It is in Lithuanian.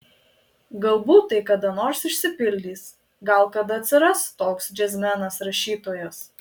galbūt tai kada nors išsipildys gal kada atsiras toks džiazmenas rašytojas